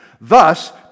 Thus